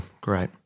great